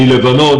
מלבנון,